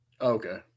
Okay